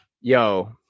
Yo